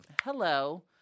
Hello